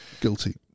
guilty